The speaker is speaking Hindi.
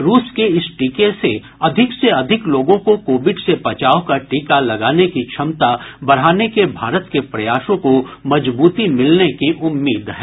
रूस के इस टीके से अधिक से अधिक लोगों को कोविड से बचाव का टीका लगाने की क्षमता बढ़ाने के भारत के प्रयासों को मजबूती मिलने की उम्मीद है